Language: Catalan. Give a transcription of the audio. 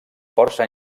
força